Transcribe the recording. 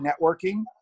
networking